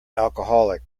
alcoholic